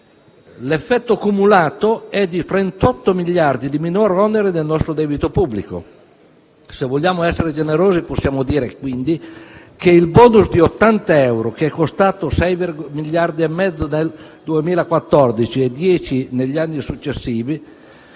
L'effetto cumulato è di 38 miliardi di euro di minor onere del nostro debito pubblico. Se vogliamo essere generosi, possiamo dire quindi che il *bonus* di 80 euro, che è costato 6,5 miliardi di euro nel 2014 e 10 miliardi di